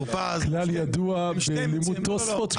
טור פז --- כלל ידוע בלימוד תוספות,